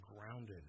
grounded